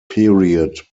period